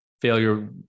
failure